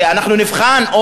שאנחנו נבחן,